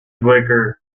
vickers